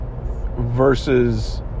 versus